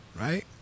right